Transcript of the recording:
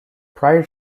prior